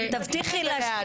לעשות